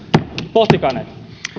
pohtikaa näitä